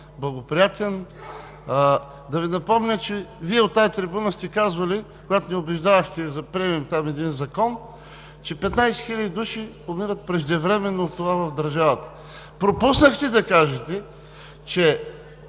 благоприятен. Да Ви напомня, че Вие от тази трибуна сте казвали, когато ни убеждавахте да приемем един закон, че 15 хиляди души умират преждевременно от това в държавата. Пропуснахте да кажете, че